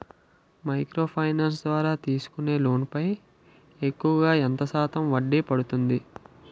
Micro finance ద్వారా తీసుకునే loan పై ఎక్కువుగా ఎంత శాతం వడ్డీ పడుతుంది?